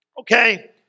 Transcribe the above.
Okay